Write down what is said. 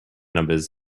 numbers